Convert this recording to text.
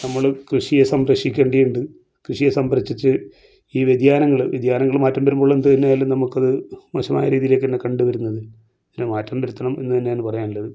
നമ്മൾ കൃഷിയെ സംരക്ഷിക്കേണ്ടിയുണ്ട് കൃഷിയെ സംരക്ഷിച്ച് ഈ വ്യതിയാനങ്ങൾ വ്യതിയാനങ്ങൾ മാറ്റം വരുമ്പോൾ എന്ത് തന്നെ ആയാലും നമുക്കത് മോശമായ രീതിയിലേക്കാണ് കണ്ട് വരുന്നത് ചില മാറ്റം വരുത്തണം എന്ന് തന്നെയാണ് പറയാനുള്ളത്